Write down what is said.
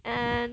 and